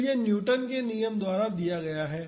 तो यह न्यूटन के नियम द्वारा दिया गया है